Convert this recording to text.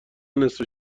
نصفه